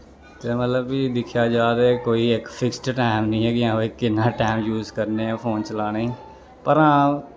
ते मतलब फ्ही दिक्खेआ जा ते कोई इक फिक्स टैम निं ऐ कि हां भाई किन्ना टैम यूस करने फोन चलाने गी पर हां